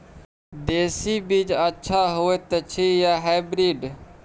देसी बीज अच्छा होयत अछि या हाइब्रिड?